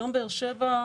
היום באר שבע,